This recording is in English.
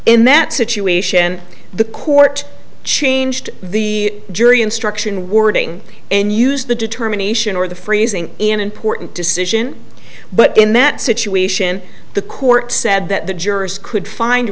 in that situation the court changed the jury instruction wording and used the determination or the freezing in important decision but in that situation the court said that the jurors could find